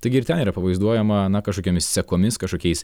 taigi ir ten yra pavaizduojama na kažkokiomis sekomis kažkokiais